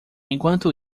enquanto